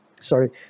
sorry